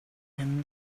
him